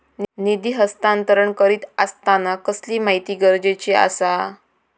निधी हस्तांतरण करीत आसताना कसली माहिती गरजेची आसा?